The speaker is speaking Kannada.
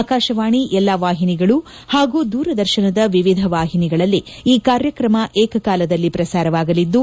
ಆಕಾಶವಾಣಿ ಎಲ್ಲಾ ವಾಹಿನಿಗಳು ಹಾಗೂ ದೂರದರ್ಶನದ ವಿವಿಧ ವಾಹಿನಿಗಳಲ್ಲಿ ಈ ಕಾರ್ಯಕ್ರಮ ಏಕಕಾಲದಲ್ಲಿ ಪ್ರಸಾರವಾಗಲಿದ್ದು